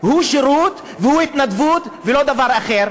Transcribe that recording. הוא שירות והוא התנדבות ולא דבר אחר.